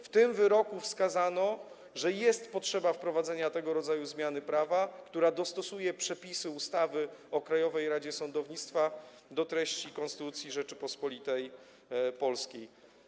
W tym wyroku wskazano, że jest potrzeba wprowadzenia tego rodzaju zmiany prawa, która dostosuje przepisy ustawy o Krajowej Radzie Sądownictwa do treści Konstytucji Rzeczypospolitej Polskiej.